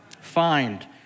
find